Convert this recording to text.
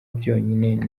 byonyine